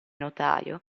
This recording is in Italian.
notaio